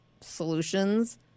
solutions